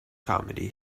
comedy